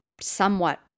somewhat